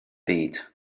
byd